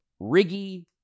riggy